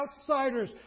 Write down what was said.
outsiders